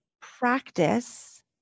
practice